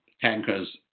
tankers